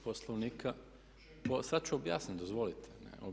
Poslovnika, sad ću objasniti, dozvolite.